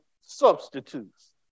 substitutes